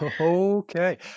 Okay